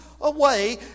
away